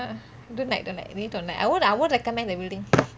ya don't like don't like really don't like I won't I won't recommend that building